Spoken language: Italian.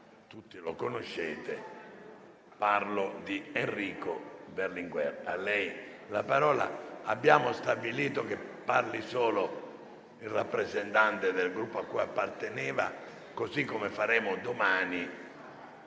tutti conoscete: parlo di Enrico Berlinguer. Abbiamo stabilito che parli solo il rappresentante del Gruppo al quale apparteneva, così come faremo domani,